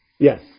Yes